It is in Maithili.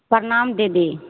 प्रणाम दिदी